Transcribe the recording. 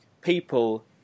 people